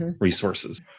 resources